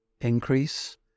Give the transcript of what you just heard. increase